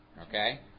Okay